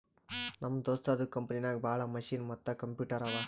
ನಮ್ ದೋಸ್ತದು ಕಂಪನಿನಾಗ್ ಭಾಳ ಮಷಿನ್ ಮತ್ತ ಕಂಪ್ಯೂಟರ್ ಅವಾ